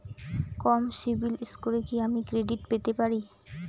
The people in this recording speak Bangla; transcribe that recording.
কম সিবিল স্কোরে কি আমি ক্রেডিট পেতে পারি?